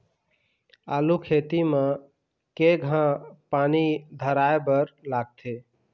आलू खेती म केघा पानी धराए बर लागथे?